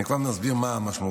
אני כבר מסביר מה המשמעות.